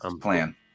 plan